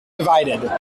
divided